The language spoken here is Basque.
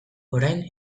orain